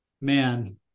man